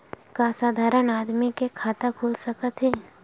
का साधारण आदमी के खाता खुल सकत हे?